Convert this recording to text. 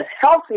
healthy